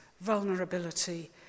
vulnerability